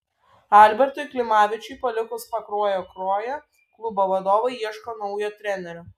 albertui klimavičiui palikus pakruojo kruoją klubo vadovai ieško naujo trenerio